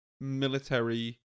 military